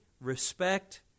respect